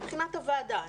מבחינת הוועדה.